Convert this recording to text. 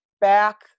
back